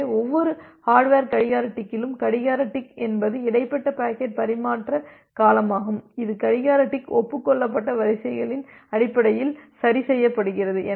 எனவே ஒவ்வொரு ஹர்டுவேர் கடிகார டிக்கிலும் கடிகார டிக் என்பது இடைப்பட்ட பாக்கெட் பரிமாற்ற காலமாகும் இது கடிகார டிக் ஒப்புக் கொள்ளப்பட்ட வரிசைகளின் அடிப்படையில் சரிசெய்யப்படுகிறது